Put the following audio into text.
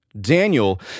Daniel